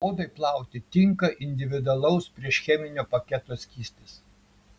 odai plauti tinka individualaus priešcheminio paketo skystis